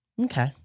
okay